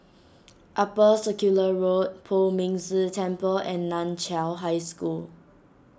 Upper Circular Road Poh Ming Tse Temple and Nan Chiau High School